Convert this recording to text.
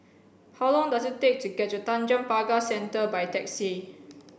how long does it take to get to Tanjong Pagar Centre by taxi